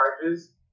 charges